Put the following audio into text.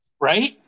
Right